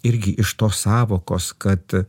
irgi iš tos sąvokos kad